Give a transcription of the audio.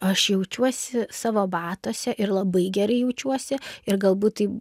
aš jaučiuosi savo batuose ir labai gerai jaučiuosi ir galbūt tai